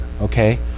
okay